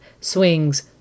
swings